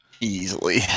Easily